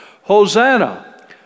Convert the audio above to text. Hosanna